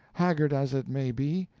haggard as it may be,